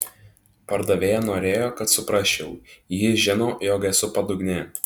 pardavėja norėjo kad suprasčiau ji žino jog esu padugnė